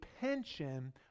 pension